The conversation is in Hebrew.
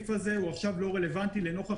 שינוי